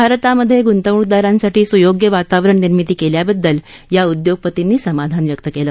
भारतामधे गुंतवणूकदारांसाठी सुयोग्य वातावरण निर्मिती केल्याबद्दल या उद्योगपतींनी समाधान व्यक्त केलं